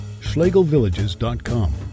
schlegelvillages.com